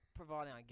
providing